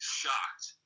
shocked